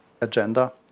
agenda